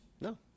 No